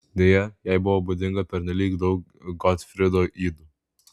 deja jai buvo būdinga pernelyg daug gotfrido ydų